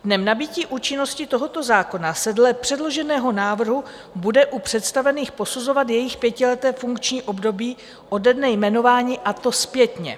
Dnem nabytí účinnosti tohoto zákona se dle předloženého návrhu bude u představených posuzovat jejich pětileté funkční období ode dne jmenování, a to zpětně.